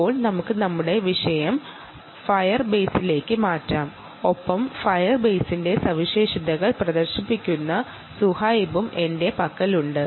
ഇപ്പോൾ നമുക്ക് നമ്മുടെ വിഷയം ഫയർ ബേസിലേക്ക് മാറ്റാം ഒപ്പം ഫയർ ബേസിന്റെ സവിശേഷതകൾ കാണിക്കാൻ സുഹൈബും എന്റെ അടുത്തുണ്ട്